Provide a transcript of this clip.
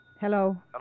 Hello